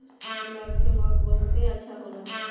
गुलाब के महक बहुते अच्छा होला